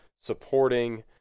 supporting